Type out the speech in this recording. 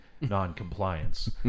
noncompliance